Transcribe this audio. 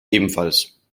ebenfalls